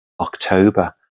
October